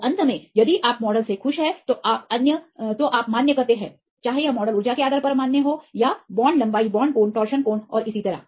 तो अंत में यदि आप मॉडल से खुश हैं तो आप मान्य करते हैं चाहे यह मॉडल ऊर्जा के आधार पर मान्य हो या बॉन्ड लंबाई बॉन्ड कोण टोरशन कोण और इसी तरह